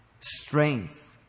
strength